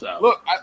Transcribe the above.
Look